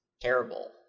terrible